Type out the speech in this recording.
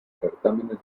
certámenes